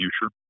future